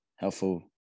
helpful